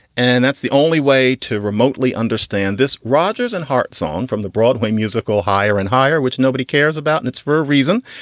and that's the only way to remotely understand this. rodgers and hart song from the broadway musical higher and higher, which nobody cares about. and it's for a reason.